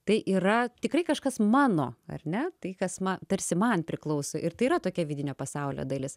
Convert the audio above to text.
tai yra tikrai kažkas mano ar ne tai kas ma tarsi man priklauso ir tai yra tokia vidinio pasaulio dalis